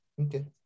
Okay